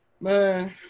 Man